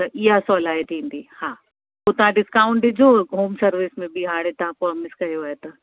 त इहा सवलाइ थींदी हा पोइ तव्हां डिस्काउंट ॾिजो होम सर्विस में बि हाणे तव्हां प्रॉमिस कयो आहे त